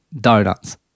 Donuts